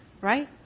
Right